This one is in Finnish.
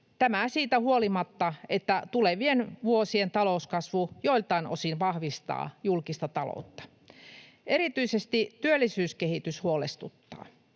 tämä siitä huolimatta, että tulevien vuosien talouskasvu joiltain osin vahvistaa julkista taloutta. Erityisesti työllisyyskehitys huolestuttaa.